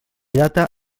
data